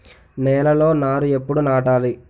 నేలలో నారు ఎప్పుడు నాటాలి?